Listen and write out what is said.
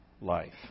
life